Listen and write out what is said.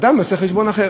אדם יעשה חשבון אחר.